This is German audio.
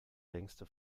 längste